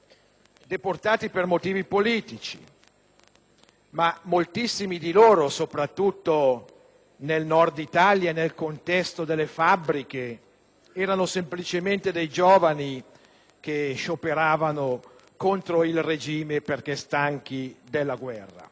deportati per motivi politici, ma moltissimi di loro, soprattutto del Nord Italia e nel contesto delle fabbriche, erano semplicemente dei giovani che scioperavano contro il regime perché stanchi della guerra.